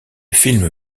film